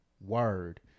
Word